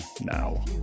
now